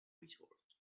retort